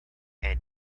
and